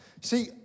See